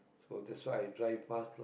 so that's why i drive fast